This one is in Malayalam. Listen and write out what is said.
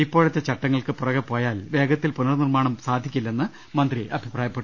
ഇപ്പോഴത്തെ ചട്ടങ്ങൾക്ക് പുറകെ പോ യാൽ വേഗത്തിൽ പുനർനിർമ്മാണം സാധിക്കില്ലെന്ന് മന്ത്രി അഭിപ്രായപ്പെട്ടു